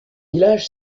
village